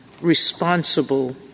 responsible